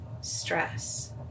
stress